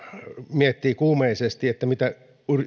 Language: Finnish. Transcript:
miettii kuumeisesti mitä